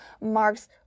marks